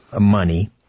money